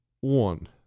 one